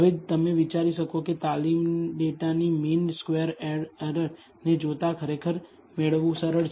હવે તમે વિચારી શકો છો કે તાલીમ ડેટાની મીન સ્ક્વેર્ડ એરરને જોતા આ ખરેખર મેળવવું સરળ છે